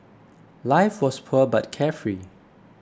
life was poor but carefree